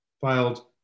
filed